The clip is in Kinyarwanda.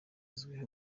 izwiho